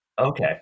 Okay